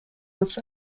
was